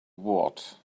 what